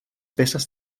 peces